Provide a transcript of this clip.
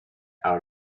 out